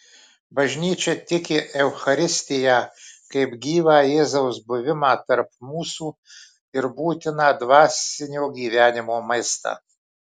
bažnyčia tiki eucharistiją kaip gyvą jėzaus buvimą tarp mūsų ir būtiną dvasinio gyvenimo maistą